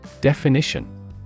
Definition